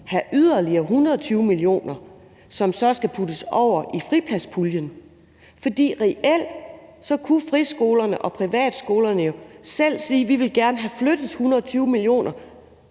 have yderligere 120 mio. kr., som så skal puttes over i fripladspuljen. For reelt kunne friskolerne og privatskolerne jo selv sige: Vi vil gerne have flyttet 120 mio.